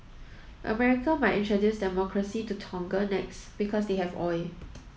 America might introduce democracy to Tonga next because they have oil